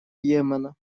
йемена